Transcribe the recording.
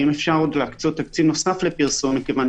ואם אפשר להקצות תקציב נוסף לפרסום מכיוון